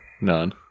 None